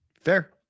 Fair